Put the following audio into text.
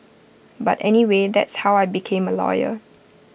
but anyway that's how I became A lawyer